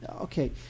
Okay